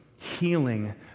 healing